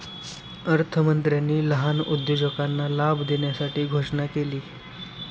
अर्थमंत्र्यांनी लहान उद्योजकांना लाभ देण्यासाठी घोषणा केली